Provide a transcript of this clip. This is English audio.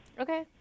Okay